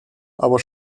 aber